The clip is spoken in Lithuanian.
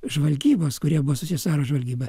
žvalgybos kurie buvo susi caro žvalgyba